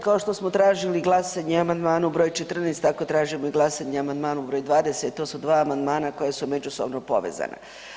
Kao što smo tražili glasanje o amandmanu broj 14. tako tražimo glasanje o amandmanu broj 20. to su dva amandmana koja su međusobno povezana.